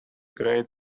great